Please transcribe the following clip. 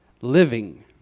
living